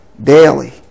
daily